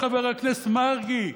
חבר הכנסת מרגי,